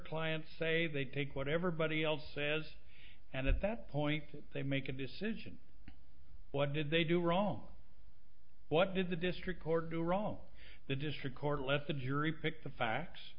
clients say they take whatever body else says and at that point they make a decision what did they do wrong what did the district court do wrong the district court let the jury pick the facts